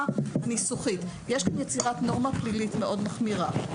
הניסוחית נורמה פלילית מאוד מחמירה,